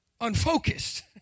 unfocused